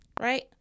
right